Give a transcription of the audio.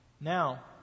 Now